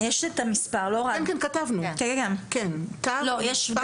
במקרה שלא ניתן להצמיד תו כאמור מטעמי רווחת הכלב ייעשה שימוש